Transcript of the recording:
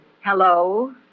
Hello